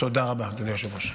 תודה רבה, אדוני היושב-ראש.